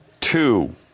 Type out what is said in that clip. two